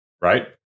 Right